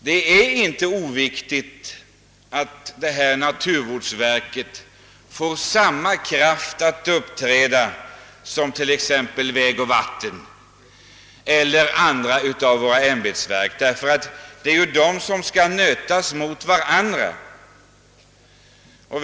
Det är inte oviktigt att naturvårdsverket får samma kraft att uppträda som t.ex. vägoch vattenbyggnadsverket eller andra av våra ämbetsverk, därför att det är ju med dessa verk som det nya verket skall konfronteras.